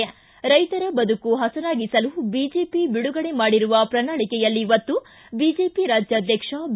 ಿ ರೈತರ ಬದುಕು ಹಸನಾಗಿಸಲು ಬಿಜೆಪಿ ಬಿಡುಗಡೆ ಮಾಡಿರುವ ಶ್ರಣಾಳಿಕೆಯಲ್ಲಿ ಒತ್ತು ಬಿಜೆಪಿ ರಾಜ್ಯಾಧ್ವಕ್ಷ ಬಿ